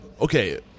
Okay